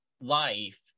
life